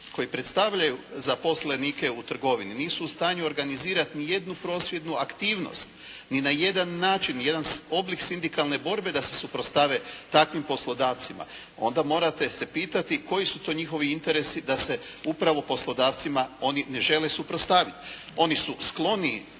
koji predstavljaju zaposlenike u trgovini nisu u stanju organizirati ni jednu prosvjednu aktivnost ni na jedan način, ni jedan oblik sindikalni borbe da se suprotstave takvim poslodavcima onda morate se pitati koji su to njihovi interesi da se upravo poslodavcima oni ne žele suprotstaviti. Oni su skloniji,